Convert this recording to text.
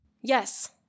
Yes